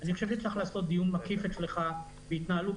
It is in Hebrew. אדוני: אני חושב שוועדה זו צריכה לקיים דיון לגבי התנהלות